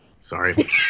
sorry